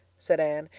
said anne.